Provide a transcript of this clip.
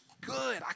good